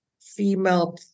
female